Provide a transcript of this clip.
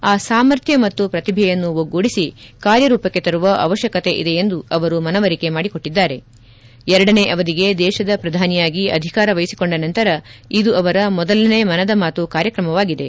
ಆ ಸಾಮರ್ಥ್ಯ ಮತ್ತು ಪ್ರತಿಭೆಯನ್ನು ಒಗ್ಗೂಡಿಸಿ ಕಾರ್ಯರೂಪಕ್ಕೆ ತರುವ ಅವಶ್ಕಕತೆ ಇದೆ ಎಂದು ಮನವರಿಕೆ ಮಾಡಿಕೊಟ್ಟಿದ್ದಾರೆ ಎರಡನೇ ಅವಧಿಗೆ ದೇಶದ ಪ್ರಧಾನಿಯಾಗಿ ಆಧಿಕಾರ ವಹಿಸಿಕೊಂಡ ನಂತರ ಇದು ಅವರ ಮೊದಲನೇ ಮನದ ಮಾತು ಕಾರ್ಯಕ್ರಮವಾಗಿದೆ